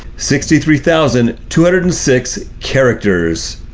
sixty three thousand two hundred and six characters.